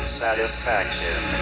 satisfaction